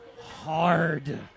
hard